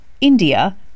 India